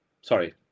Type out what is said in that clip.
sorry